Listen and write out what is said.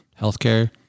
healthcare